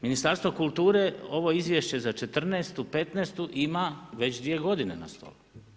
Ministarstvo kulture ovo izvješće za '14., '15. ima već dvije godine na stolu.